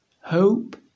hope